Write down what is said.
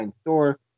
store